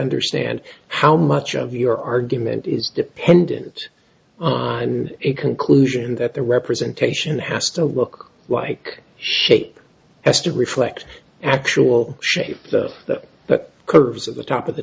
understand how much of your argument is dependent on a conclusion that the representation has to look like shape as to reflect actual shape the but curves of the top of the